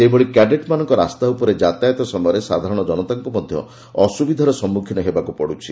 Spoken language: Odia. ସେହିଭଳି କ୍ୟାଡେଟ୍ମାନଙ୍କ ରାସ୍ତା ଉପରେ ଜାତାୟତ ସମୟରେ ସାଧାରଣ ଜନତାଙ୍କୁ ମଧ୍ୟ ଅସୁବିଧାର ସମ୍ମୁଖୀନ ହେବାକୁ ପଡୁଛି